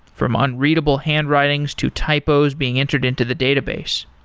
from unreadable handwritings, to typos being entered into the database.